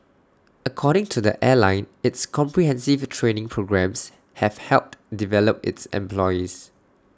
according to the airline its comprehensive training programmes have helped develop its employees